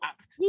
act